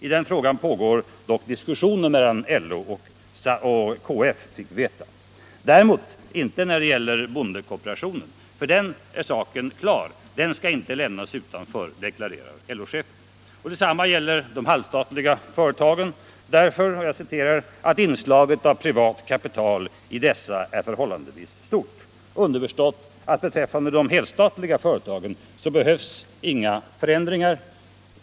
I den frågan pågår dock diskussioner mellan LO och KF, fick vi veta. Däremot inte när det gäller boendekooperationen. För den är saken klar — ”den skall inte lämnas utanför”, deklarerar LO chefen. Detsamma gäller de halvstatliga företagen, därför ”att inslaget av privat kapital i dessa är förhållandevis stort”. Underförstått att beträffande de helstatliga företagen behövs inga förändringar.